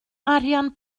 arian